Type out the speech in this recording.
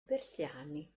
persiani